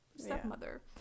stepmother